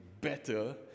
better